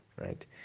Right